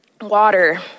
Water